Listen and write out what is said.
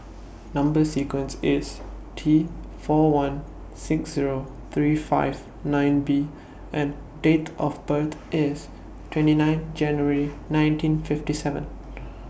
Number sequence IS T four one six Zero three five nine B and Date of birth IS twenty nine January nineteen fifty seven